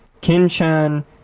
Kin-chan